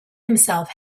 himself